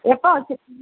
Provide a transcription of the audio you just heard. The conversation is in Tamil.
எப்போ வெச்சுருக்கீங்க